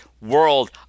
world